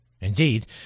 Indeed